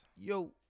yo